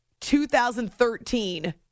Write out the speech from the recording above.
2013